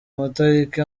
matariki